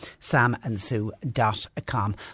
samandsue.com